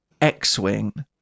X-wing